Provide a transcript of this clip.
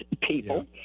people